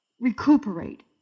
recuperate